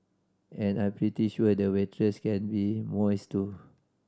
and I'm pretty sure the waitress can be moist too